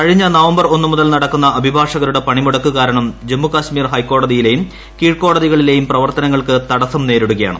കഴിഞ്ഞ നവംബർ ഒന്നുമുതൽ നടക്കുന്ന അഭിഭാഷകരുടെ പണിമുടക്ക് കാരണം ജമ്മു കാശ്മീർ ഹൈക്കോടതിയിലെയും കീഴ്ക്കോടതികളിലെയും പ്രവർത്തനങ്ങൾക്ക് തടസം നേരിടുകയാണ്